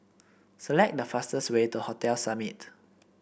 select the fastest way to Hotel Summit